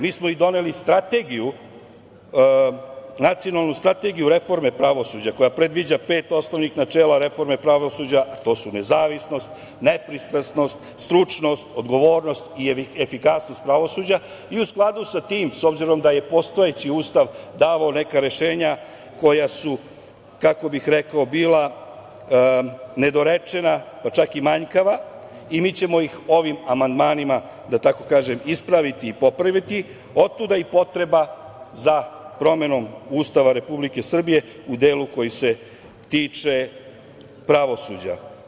Mi smo i doneli strategiju, nacionalnu srategiju o reformi pravosuđa koja predviđa pet osnovnih načela reforme pravosuđa, a to su nezavisnost, nepristrasnost, stručnost, odgovornost i efikasnost pravosuđa i u skladu sa tim s obzirom da je Ustav davao neka rešenja koja su, kako bi rekao, bila nedorečena i manjkava i mi ćemo ih ovim amandmanima, da tako kažem, ispraviti i popraviti, otuda i potreba za promenom Ustava Republike Srbije u delu koji se tiče pravosuđa.